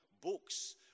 books